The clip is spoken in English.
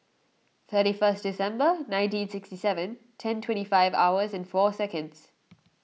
thirty first December nineteen sixty seven ten twenty five hours and four seconds